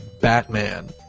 batman